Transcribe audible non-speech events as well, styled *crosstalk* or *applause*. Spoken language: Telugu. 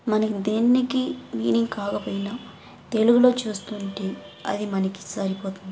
మనం దేనికి *unintelligible* కాకపోయినా తెలుగులో చూస్తుంటి అది మనికి సరిపోతుంది